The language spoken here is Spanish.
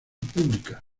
pública